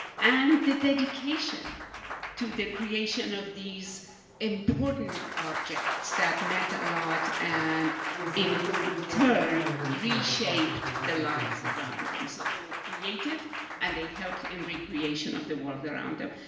and the dedication to the creation of these important objects that meant a lot and in turn reshaped the lives around them. so they were created and they helped in recreation of the world around them.